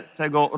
tego